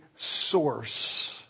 source